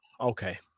Okay